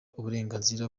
uburenganzira